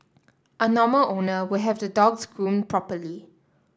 a normal owner would have the dogs groomed properly